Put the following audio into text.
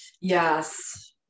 Yes